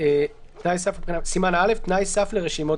תקפה למשך תוקפה של רשימת